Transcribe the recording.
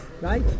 right